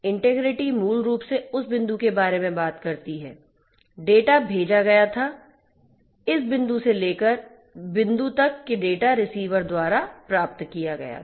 integrity मूल रूप से उस बिंदु के बारे में बात करती है डेटा भेजा गया था बिंदु से लेकर इस बिंदु तक कि डेटा रिसीवर द्वारा प्राप्त किया गया था